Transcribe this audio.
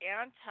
anti-